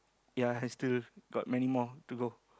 ya I still got many more to go